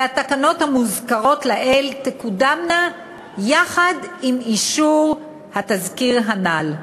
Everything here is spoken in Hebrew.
והתקנות המוזכרות לעיל תקודמנה יחד עם אישור התזכיר הנ"ל.